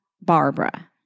Barbara